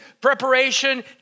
Preparation